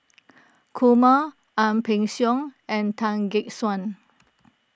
Kumar Ang Peng Siong and Tan Gek Suan